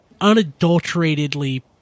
unadulteratedly